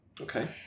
okay